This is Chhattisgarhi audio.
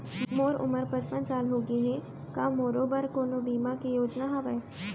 मोर उमर पचपन साल होगे हे, का मोरो बर कोनो बीमा के योजना हावे?